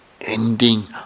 ending